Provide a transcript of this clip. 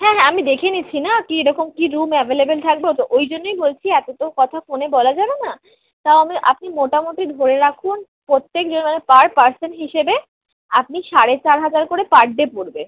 হ্যাঁ হ্যাঁ আমি দেখে নিচ্ছি না কীরকম কী রুম অ্যাবেলেবেল থাকবে ও তো ওই জন্যই বলছি এত তো কথা ফোনে বলা যাবে না তাও আমি আপনি মোটামুটি ধরে রাখুন প্রত্যেক জনের মানে পার পারসেন হিসেবে আপনি সাড়ে চার হাজার করে পার ডে পড়বে